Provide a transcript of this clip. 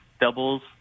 doubles